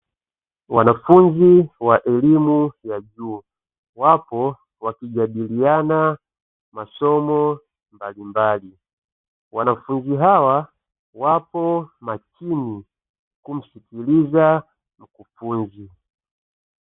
Wanafunzi wa elimu ya juu, wapo wakijadiliana masomo mbalimbali. Wanafunzi hawa wapo makini kumsikiliza mkufunzi.